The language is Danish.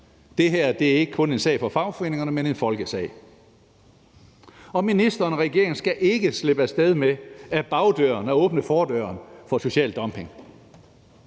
Det her er ikke kun en sag for fagforeningerne, men en folkesag, og ministeren og regeringen skal ikke slippe af sted med ad bagdøren at åbne fordøren for social dumping.